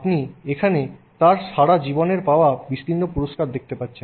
আপনি এখানে তার সারাজীবনের পাওয়া বিস্তীর্ণ পুরষ্কার দেখতে পাচ্ছেন